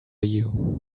you